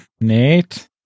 Nate